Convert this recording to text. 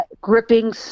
gripping